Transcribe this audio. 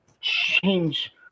change